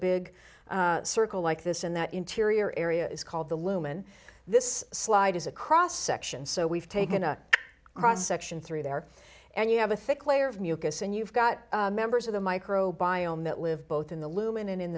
big circle like this in that interior area is called the lumen this slide is a cross section so we've taken a cross section through there and you have a thick layer of mucus and you've got members of the micro biome that live both in the lumen and in